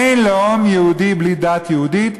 אין לאום יהודי בלי דת יהודית,